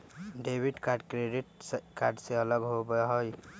debit card credit card से अलग होबा हई